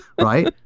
right